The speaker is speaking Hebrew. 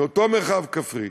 מאותו מרחב כפרי